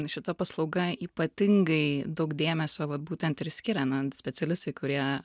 šita paslauga ypatingai daug dėmesio vat būtent ir skiria na specialistai kurie